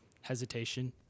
Hesitation